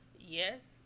Yes